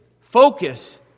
focus